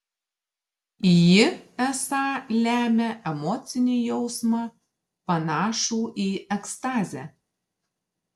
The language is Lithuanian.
ji esą lemia emocinį jausmą panašų į ekstazę